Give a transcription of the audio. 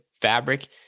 fabric